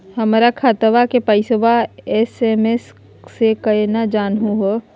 हमर खतवा के पैसवा एस.एम.एस स केना जानहु हो?